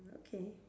okay